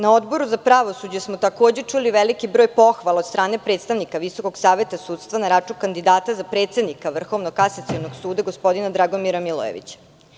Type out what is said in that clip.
Na Odboru za pravosuđe smo takođe čuli veliki broj pohvala od strane predstavnika Visokog saveta sudstva na račun kandidata za predsednika Vrhovnog kasacionog suda, gospodina Dragomira Milojevića.